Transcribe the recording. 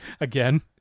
again